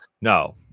No